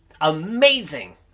Amazing